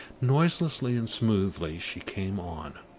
noiselessly and smoothly she came on,